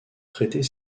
traiter